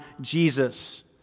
Jesus